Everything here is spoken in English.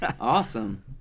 Awesome